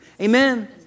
Amen